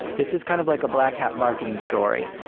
this is kind of like a black hat marketing story,